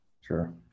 Sure